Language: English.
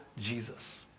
Jesus